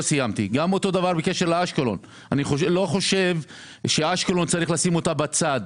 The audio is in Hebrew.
לא חושב שצריך לשים את אשקלון בצד.